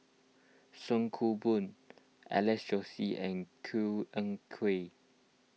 Song Koon Poh Alex Josey and Koh Eng Kian